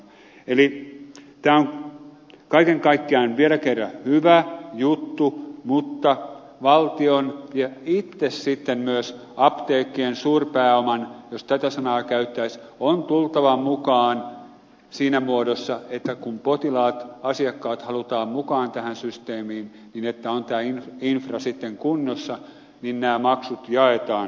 tämä on kaiken kaikkiaan vielä kerran hyvä juttu mutta valtion ja sitten myös itse apteekkien suurpääoman jos tätä sanaa käyttäisi on tultava mukaan siinä muodossa että kun potilaat asiakkaat halutaan mukaan tähän systeemiin kun on tämä infra sitten kunnossa niin nämä maksut jaetaan